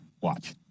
watch